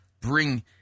bring